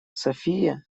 софия